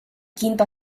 quinto